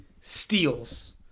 Steals